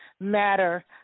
Matter